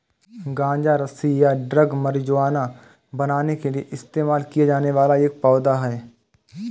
गांजा रस्सी या ड्रग मारिजुआना बनाने के लिए इस्तेमाल किया जाने वाला पौधा है